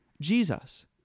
Jesus